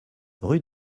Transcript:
rue